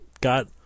got